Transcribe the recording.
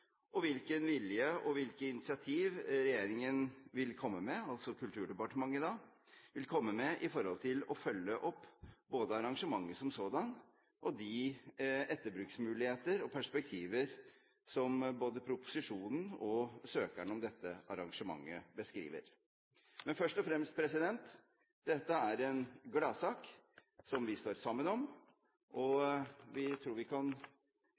og hvilken vilje og hvilke initiativ regjeringen vil komme med – altså Kulturdepartementet – for å følge opp både arrangementet som sådan og de etterbruksmuligheter og perspektiver som både proposisjonen og søkeren om dette arrangementet beskriver. Men først og fremst: Dette er en gladsak som vi står sammen om. Vi tror vi kan